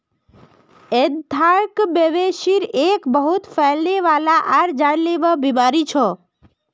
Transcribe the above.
anthrax, मवेशिर एक बहुत फैलने वाला आर जानलेवा बीमारी छ